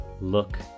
Look